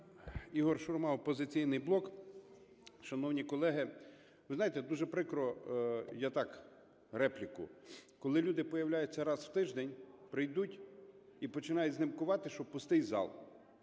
Ігор Шурма, "Опозиційний блок". Шановні колеги, ви знаєте, дуже прикро (я так репліку), коли люди появляються раз у тиждень, прийдуть і починають знімкувати, що пустий зал.